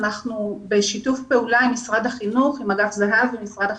אנחנו בשיתוף פעולה עם אגף זה"ב במשרד החינוך.